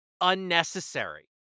unnecessary